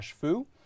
Fu